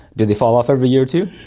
do they fall off every year too?